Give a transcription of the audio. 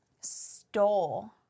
stole